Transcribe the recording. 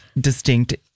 distinct